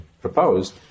proposed